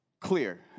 clear